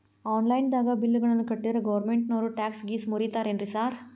Online ದಾಗ bill ಗಳನ್ನಾ ಕಟ್ಟದ್ರೆ ಗೋರ್ಮೆಂಟಿನೋರ್ ಟ್ಯಾಕ್ಸ್ ಗೇಸ್ ಮುರೇತಾರೆನ್ರಿ ಸಾರ್?